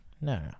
no